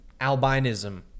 albinism